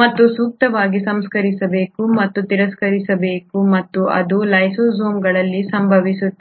ಮತ್ತು ಸೂಕ್ತವಾಗಿ ಸಂಸ್ಕರಿಸಬೇಕು ಮತ್ತು ತಿರಸ್ಕರಿಸಬೇಕು ಮತ್ತು ಅದು ಲೈಸೋಸೋಮ್ಗಳಲ್ಲಿ ಸಂಭವಿಸುತ್ತದೆ